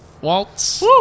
Waltz